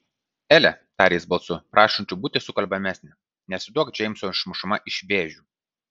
ele tarė jis balsu prašančiu būti sukalbamesnę nesiduok džeimso išmušama iš vėžių